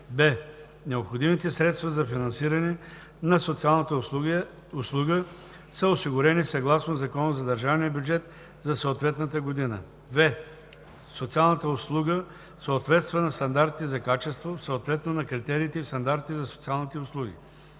б) необходимите средства за финансиране на социалната услуга са осигурени съгласно закона за държавния бюджет за съответната година; в) социалната услуга съответства на стандартите за качество, съответно на критериите и стандартите за социалните услуги.